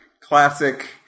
classic